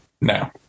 No